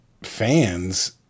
fans